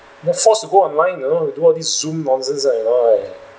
they're forced to go online you know to do all these Zoom nonsense ya you know !aiya!